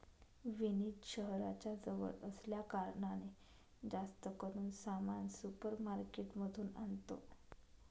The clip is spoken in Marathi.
विनीत शहराच्या जवळ असल्या कारणाने, जास्त करून सामान सुपर मार्केट मधून आणतो